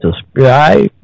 subscribe